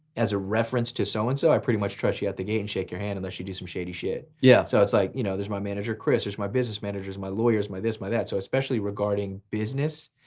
as a reference to so and so, i pretty much trust you out the gate and shake your hand, unless you do some shady shit. yeah. so it's like, you know there's my manager chris, there's my business managers, my lawyers, my this, my that. so especially regarding business,